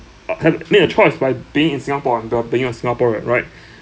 uh can make a choice by being in singapore and uh being a singaporean right